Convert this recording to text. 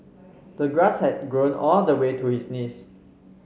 the grass had grown all the way to his knees